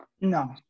No